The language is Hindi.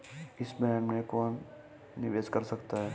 इस बॉन्ड में कौन निवेश कर सकता है?